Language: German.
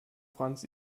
franz